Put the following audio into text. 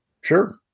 Sure